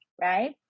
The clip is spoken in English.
right